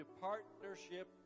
partnership